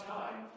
time